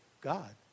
God